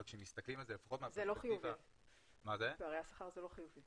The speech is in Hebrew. אבל כשמסתכלים על זה לפחות מהפרספקטיבה --- פערי שכר זה לא חיובי.